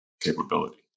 capability